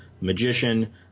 magician